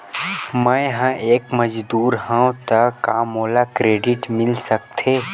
मैं ह एक मजदूर हंव त का मोला क्रेडिट मिल सकथे?